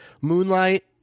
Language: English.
Moonlight